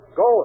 go